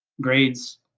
Grades